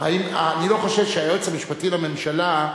אני לא חושב שהיועץ המשפטי לממשלה,